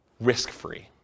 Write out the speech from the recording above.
risk-free